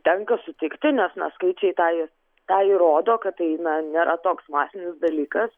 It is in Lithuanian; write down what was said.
tenka sutikti nes na skaičiai tą tą įrodo kad tai na nėra toks masinis dalykas